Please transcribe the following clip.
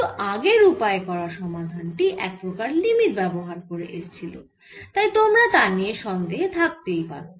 কিন্তু আগের উপায়ে করা সমাধান টি একপ্রকার লিমিট ব্যবহার করে এসছিল তাই তোমরা তা নিয়ে সন্দেহে থাকতে পারো